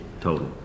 total